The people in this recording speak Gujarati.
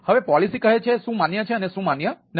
હવે પોલિસી કહે છે શું માન્ય છે અને શું માન્ય નથી